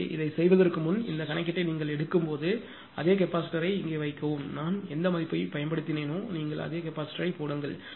எனவே இதைச் செய்வதற்கு முன் இந்தப் கணக்கீட்டை நீங்கள் எடுக்கும்போது அதே கெபாசிட்டர் யை இங்கே வைக்கவும் நான் எந்த மதிப்பை பயன்படுத்தினேனோ நீங்கள் அதே கெபாசிட்டர் யைப் போடுங்கள்